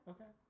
Okay